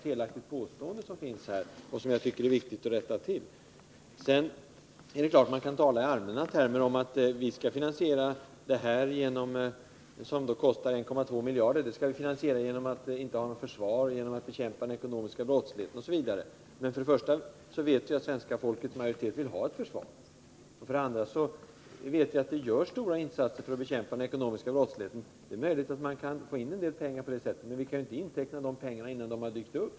Det är klart att man i allmänna termer kan tala om att finansiera en höjning, som skulle kosta 1,2 miljarder, genom att slopa försvaret, genom att bekämpa den ekonomiska brottsligheten, osv. Men för det första vet vi att det svenska folkets majoritet vill ha ett försvar, och för det andra vet vi att det görs stora insatser för att bekämpa den ekonomiska brottsligheten. Det är möjligt att man kan få in en del pengar på det sättet, men vi kan ju inte inteckna de pengarna innan de har flutit in.